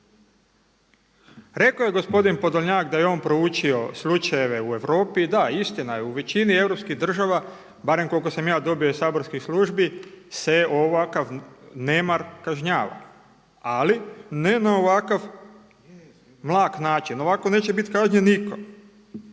Rekao je gospodin Podolnjak da je on proučio slučajeve u Europi i da, istina je u većini europskih država, barem koliko sam ja dobio iz saborskih službi se ovakav nemar kažnjavao, ali ne na ovakav mlak način. Ovako neće biti kažnjen nitko.